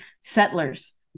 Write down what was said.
settlers